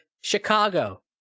Chicago